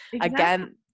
again